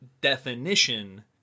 definition